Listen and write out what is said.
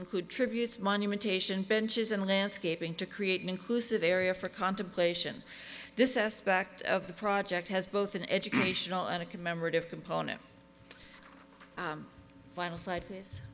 include tributes monument ation benches and landscaping to create an inclusive area for contemplation this aspect of the project has both an educational and a commemorative component final si